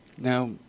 Now